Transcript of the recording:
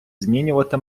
змінювати